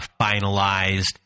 finalized